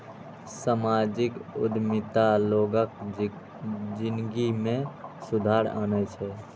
सामाजिक उद्यमिता लोगक जिनगी मे सुधार आनै छै